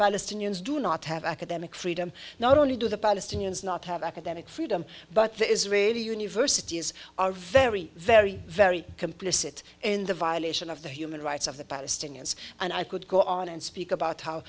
palestinians do not have academic freedom not only do the palestinians not have academic freedom but there is really universities are very very very complicit in the violation of the human rights of the palestinians and i could go on and speak